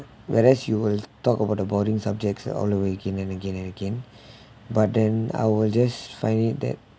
whereas you will talk over the boarding subjects are all the way again and again and again but then I will just find it that